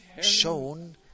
shown